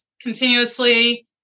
continuously